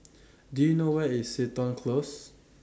Do YOU know Where IS Seton Close